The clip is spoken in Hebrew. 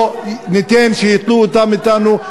לא ניתן שייטלו אותה מאתנו,